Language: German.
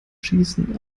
schießen